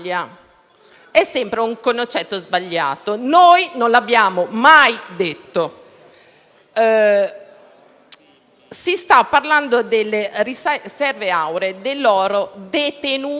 è sempre un concetto sbagliato. Noi non l'abbiamo mai detto. Si sta parlando delle riserve auree, dell'oro detenuto